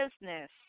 business